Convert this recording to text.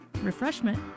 refreshment